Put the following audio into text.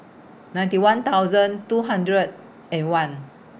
ninety one thousand two hundred and one